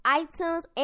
iTunes